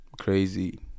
crazy